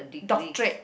doctorate